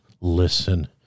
listen